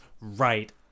right